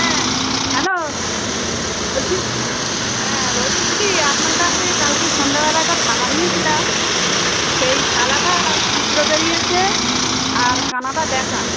হ্যাঁ হ্যালো বলছি হ্যাঁ বলছি দিদি আপনার কাছ থেকে কালকে সন্ধ্যাবেলা একটা থালা নিয়েছিলাম সেই থালাটা ছিদ্র বেরিয়েছে আর কানাটা বেঁকা